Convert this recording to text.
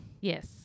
Yes